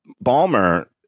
Balmer